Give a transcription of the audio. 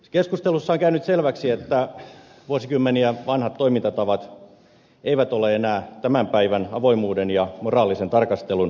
keskustelussa on käynyt selväksi että vuosikymmeniä vanhat toimintatavat eivät ole enää tämän päivän avoimuuden ja moraalisen tarkastelun kestäviä